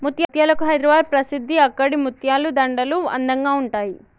ముత్యాలకు హైదరాబాద్ ప్రసిద్ధి అక్కడి ముత్యాల దండలు అందంగా ఉంటాయి